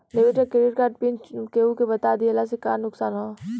Debit या credit card pin केहूके बता दिहला से का नुकसान ह?